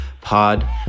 pod